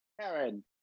Karen